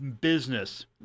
business